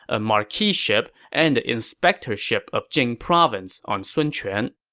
a marquiship, and the inspectorship of jing province on sun quan